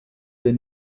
der